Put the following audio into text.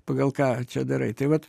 pagal ką čia darai tai vat